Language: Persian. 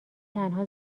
تنها